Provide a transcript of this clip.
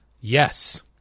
Yes